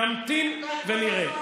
נמתין ונראה.